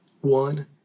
One